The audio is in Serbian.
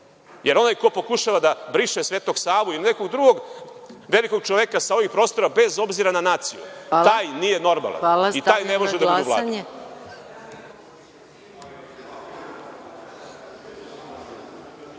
jer onaj ko pokušava da briše Svetog Savu ili nekog drugog velikog čoveka sa ovih prostora, bez obzira na naciju, taj nije normalan i taj ne može da bude u vlasti.